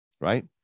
right